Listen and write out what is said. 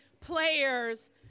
players